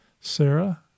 Sarah